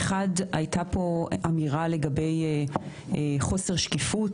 הייתה פה אמירה לגבי חוסר שקיפות.